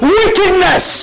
wickedness